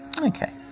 Okay